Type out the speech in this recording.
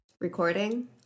recording